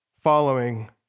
following